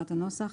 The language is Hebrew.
engines).